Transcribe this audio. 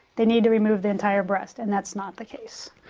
they need to remove the entire breast, and that's not the case.